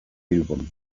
bilbon